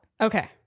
Okay